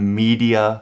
media